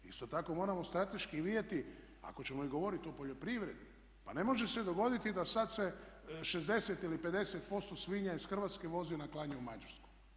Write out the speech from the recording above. Isto tako moramo strateški vidjeti, ako ćemo i govorit o poljoprivredi, pa ne može se dogoditi da sad se 60 ili 50% svinja iz Hrvatske vozi na klanje u Mađarsku.